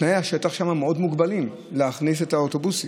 תנאי השטח שם מאוד מוגבלים, להכניס את האוטובוסים.